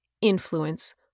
influence